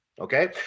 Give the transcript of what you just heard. okay